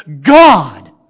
God